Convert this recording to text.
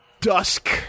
Dusk